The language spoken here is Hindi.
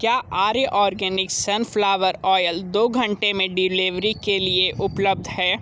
क्या आर्य आर्गेनिक सनफ्लावर ऑयल दो घंटे में डिलेवरी के लिए उपलब्ध है